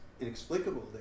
inexplicable